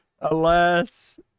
Alas